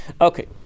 Okay